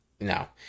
no